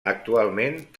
actualment